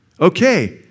okay